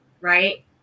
Right